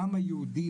העם היהודי,